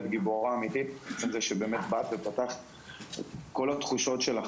את גיבורה אמיתית בזה שבאמת באת ופתחת את כל התחושות שלך